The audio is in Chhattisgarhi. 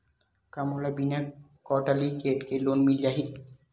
का मोला बिना कौंटलीकेट के लोन मिल जाही?